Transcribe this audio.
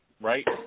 right